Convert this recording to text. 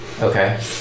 okay